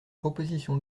proposition